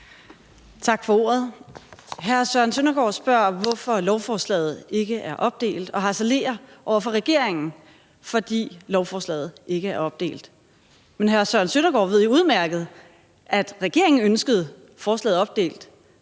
Tak for ordet. Hr. Søren Søndergaard spørger, hvorfor lovforslaget ikke er opdelt og harcelerer over for regeringen, fordi lovforslaget ikke er opdelt. Men hr. Søren Søndergaard ved jo udmærket, at regeringen ønskede forslaget opdelt.